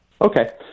okay